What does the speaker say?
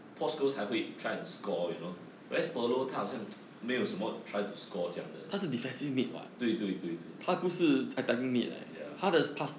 paul scholes 还会 try and score you know where as pirlo 他好像 没有什么 try to score 这样的对对对 ya